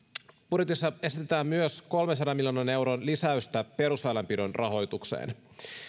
budjetissa esitetään myös kolmensadan miljoonan euron lisäystä perusväylänpidon rahoitukseen